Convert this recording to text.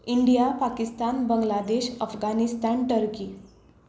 India Pakistan Bangladesh Afghanistan Turkey